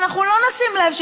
ואנחנו לא נשים לב,